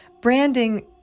Branding